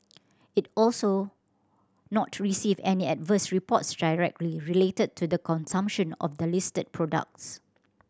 it also not received any adverse reports directly related to the consumption of the listed products